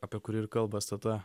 apie kurį ir kalba stt